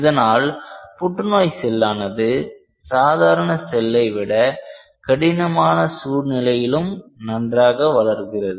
இதனால் புற்றுநோய் செல்லானது சாதாரண செல்லை விட கடினமான சூழ்நிலையிலும் நன்றாக வளர்கிறது